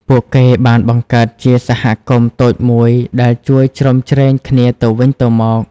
ពួកគេបានបង្កើតជាសហគមន៍តូចមួយដែលជួយជ្រោមជ្រែងគ្នាទៅវិញទៅមក។